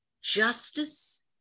justice